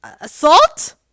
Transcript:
Assault